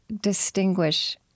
distinguish